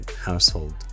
household